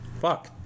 Fuck